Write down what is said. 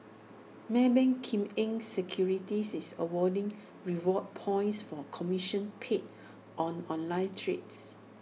maybank Kim Eng securities is awarding reward points for commission paid on online trades